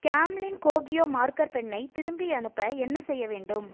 Camlin Kokuyo marker பென்னை திரும்பி அனுப்ப என்ன செய்ய வேண்டும்